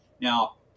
Now